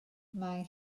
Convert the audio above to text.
mae